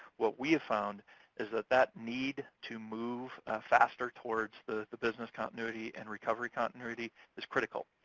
what we have found is that that need to move faster towards the the business continuity and recovery continuity is critical.